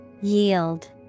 Yield